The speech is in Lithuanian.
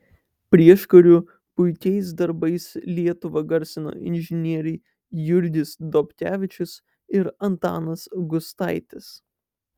prieškariu puikiais darbais lietuvą garsino inžinieriai jurgis dobkevičius ir antanas gustaitis